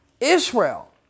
Israel